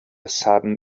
sudden